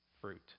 fruit